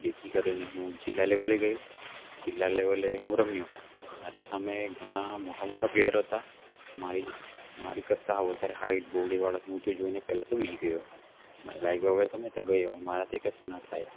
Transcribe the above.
જેથી કરીને હું જિલ્લા લેવલે ગયો જિલ્લા લેવલે હું રમ્યો મારી સામે ઘણા મોટા મોટા પ્લેયર હતા મારી મારી કરતા વધારે હાઈટ બોડી વાળા હું તો જોઈને પહેલા તો બી ગયો મને લાગ્યું અવે તો મેં ગયો મારાથી કશું ના થાય